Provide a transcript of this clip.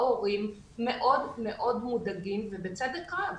ההורים מאוד מאוד מודאגים ובצדק רב.